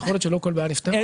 יכול להיות שלא כל בעיה נפתרת,